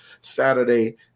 Saturday